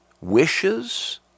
wishes